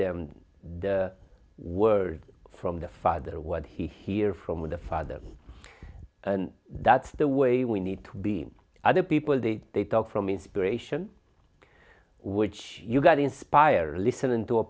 them the word from the father what he hear from the father and that's the way we need to be other people did they talk from inspiration which you got inspired listening to a